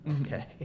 Okay